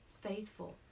faithful